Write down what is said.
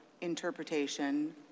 interpretation